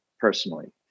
personally